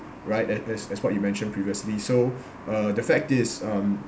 right that that's that's what you mentioned previously so uh the fact is um